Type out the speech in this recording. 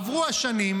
עברו השנים,